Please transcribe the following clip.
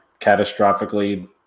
catastrophically